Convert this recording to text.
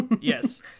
Yes